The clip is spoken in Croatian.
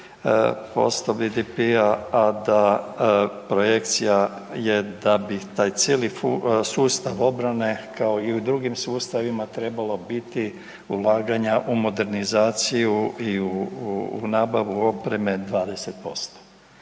1,74% BDP-a, a da projekcija je da bi taj cijeli sustav obrane kao i u drugim sustavima trebalo biti ulaganja u modernizaciju i u nabavu opreme 20%.